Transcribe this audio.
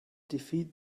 defeat